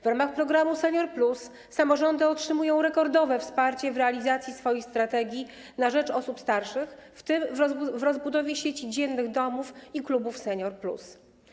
W ramach programu „Senior+” samorządy otrzymują rekordowe wsparcie w realizacji swoich strategii na rzecz osób starszych, w tym w rozbudowie sieci dziennych domów i klubów Senior+.